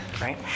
right